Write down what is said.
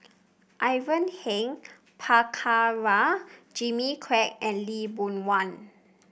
Ivan Heng Prabhakara Jimmy Quek and Lee Boon Wang